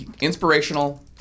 inspirational